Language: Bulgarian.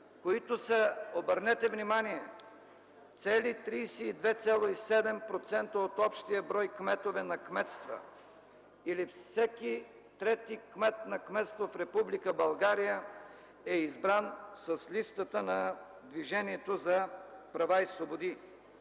които са, обърнете внимание, цели 32,7% от общия брой кметове на кметства, или всеки трети кмет на кметство в Република България е избран с листата на Движението за права и свободи.